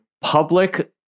public